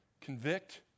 Convict